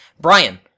Brian